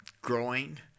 growing